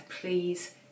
please